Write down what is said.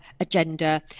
agenda